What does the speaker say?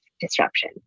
disruption